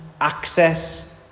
Access